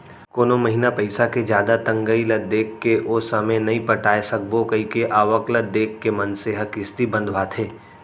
कोनो महिना पइसा के जादा तंगई ल देखके ओ समे नइ पटाय सकबो कइके आवक ल देख के मनसे ह किस्ती बंधवाथे